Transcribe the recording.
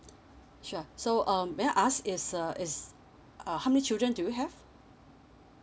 sure so um may I ask is uh is uh how many children do you have